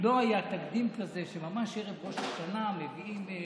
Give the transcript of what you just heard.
לא היה תקדים כזה שממש ערב ראש השנה מביאים,